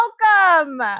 Welcome